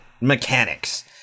mechanics